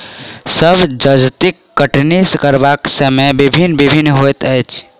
सभ जजतिक कटनी करबाक समय भिन्न भिन्न होइत अछि